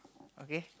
okay